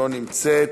לא נמצאת,